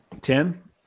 Tim